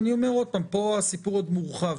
אני אומר שוב, פה הסיפור עוד מורחב.